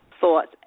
Thoughts